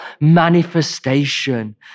manifestation